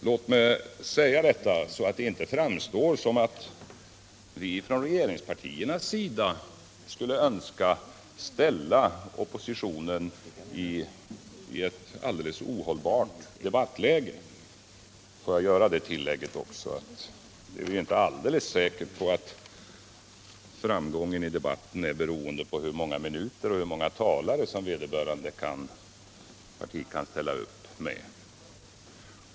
Låt mig säga detta, så att det inte framstår som om vi från regeringspartiernas sida skulle önska sätta oppositionen i ett alldeles ohållbart debattläge. Får jag göra det tillägget också att jag inte är säker på att framgången i debatten är beroende på hur många minuter och hur många talare vederbörande parti kan ställa upp med.